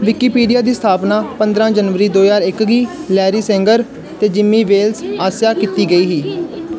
Wikipedia दी स्थापना पंदरा जनवरी दो ज्हार एक्क गी लैरी सेंगर ते जिमी वेल्स आसेआ कीती गेई ही